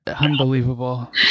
unbelievable